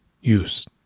use